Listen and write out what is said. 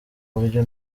buryo